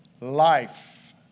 life